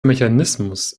mechanismus